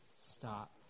stop